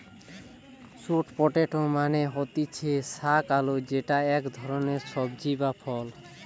sweet potato মানে হতিছে শাক আলু যেটা ইক ধরণের সবজি বা ফল